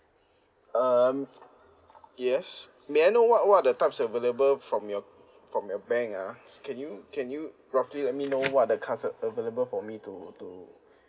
um yes may I know what what are the types available from your from your bank ah can you can you roughly let me know what are the cards uh available for me to to